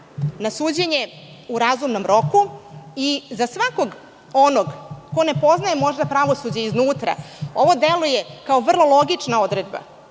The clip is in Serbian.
na suđenje u razumnom roku i za svakog onog ko ne poznaje možda pravosuđe unutra, ovo deluje kao vrlo logična odredba,